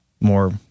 more